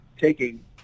taking